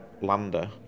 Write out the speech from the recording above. lander